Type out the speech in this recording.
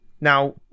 Now